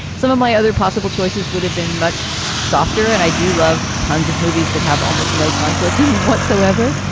some of my other possible choices would have been much softer. and i do love tons of movies that have almost no conflict in them whatsoever.